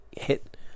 hit